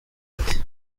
ati